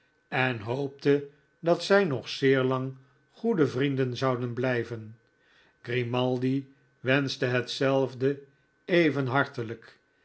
en hoopte dat zij nog zeer lang goede vrienden zoudenblijven grimaldi wenschte hetzelfde even hartelijk